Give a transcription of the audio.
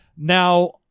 Now